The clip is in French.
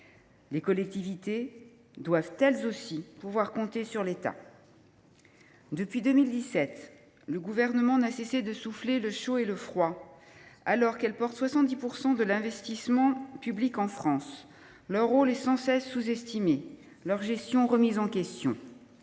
Ces dernières doivent, elles aussi, pouvoir compter sur l’État. Depuis 2017, le Gouvernement n’a cessé de souffler le chaud et le froid. Alors que les collectivités territoriales portent 70 % de l’investissement public en France, leur rôle est sans cesse sous estimé et leur gestion remise en question.